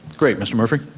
great, mr. murphy?